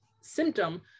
symptom